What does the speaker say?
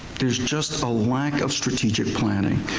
there's just a lack of strategic planning.